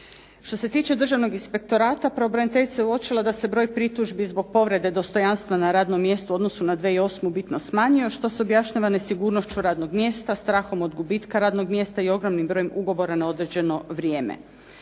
Što se tiče Državnog inspektorata, pravobraniteljica je uočila da se broj pritužbi zbog povrede dostojanstva na radnom mjestu u odnosu na 2008. bitno smanjio, što se objašnjava nesigurnošću radnog mjesta, strahom od gubitka radnog mjesta i ogromnim brojem ugovora na određeno vrijeme.